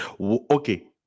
okay